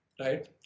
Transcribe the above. right